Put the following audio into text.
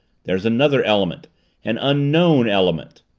there's another element an unknown element,